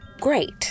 Great